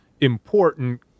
important